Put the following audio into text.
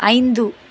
ஐந்து